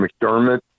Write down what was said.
McDermott